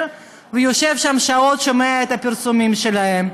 ויושב שם שעות ושומע את הפרסומים שלהם,